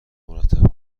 مرتب